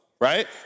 right